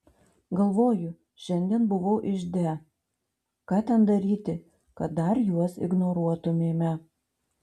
galvoju šiandien buvau ižde ką ten daryti kad dar juos ignoruotumėme